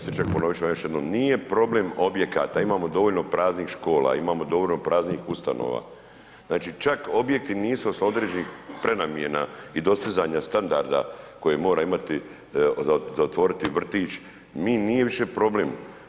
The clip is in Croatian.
Kolega Stričak, ponoviti ću još jednom, nije problem objekata, imamo dovoljno praznih škola, imamo dovoljno praznih ustanova, znači čak, objekti nisu s određenih prenamjena i dostizanje standarda, koje mora imati, za otvoriti vrtić, nije više problem.